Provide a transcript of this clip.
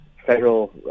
federal